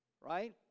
right